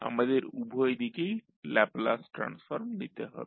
আমাদের উভয় দিকেই ল্যাপলাস ট্রান্সফর্ম নিতে হবে